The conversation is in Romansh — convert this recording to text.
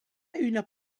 üna